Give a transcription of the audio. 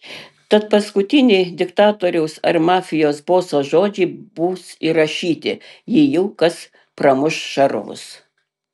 tad paskutiniai diktatoriaus ar mafijos boso žodžiai bus įrašyti jei jau kas pramuš šarvus